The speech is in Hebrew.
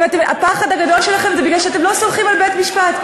הפחד הגדול שלכם זה מפני שאתם לא סומכים על בית-משפט.